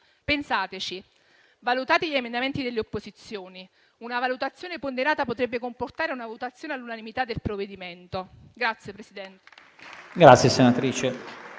Pensateci: valutate gli emendamenti delle opposizioni. Una valutazione ponderata potrebbe comportare una votazione all'unanimità del provvedimento.